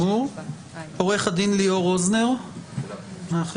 עורך הדין ליאור רוזנר מהחברה;